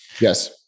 Yes